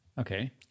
Okay